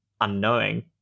unknowing